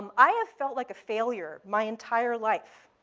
um i have felt like a failure my entire life.